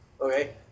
Okay